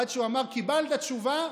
עד שהוא אמר: קיבלת תשובה,